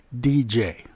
DJ